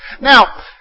Now